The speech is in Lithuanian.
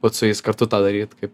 vat su jais kartu tą daryt kaip